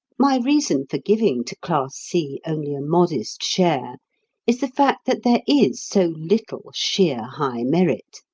my reason for giving to class c only a modest share is the fact that there is so little sheer high merit.